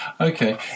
okay